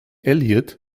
elliott